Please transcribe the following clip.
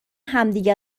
همدیگه